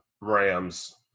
Rams